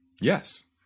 yes